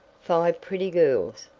five pretty girls,